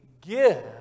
give